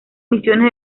misiones